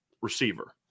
receiver